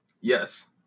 Yes